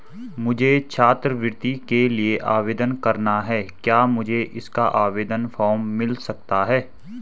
मुझे छात्रवृत्ति के लिए आवेदन करना है क्या मुझे इसका आवेदन फॉर्म मिल सकता है?